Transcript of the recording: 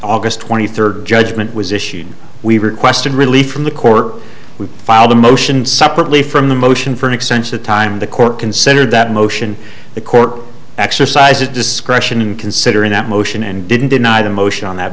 august twenty third judgment was issued we requested relief from the court we filed a motion separately from the motion for an extension of time the court considered that motion the court exercise discretion in considering that motion and didn't deny the motion on that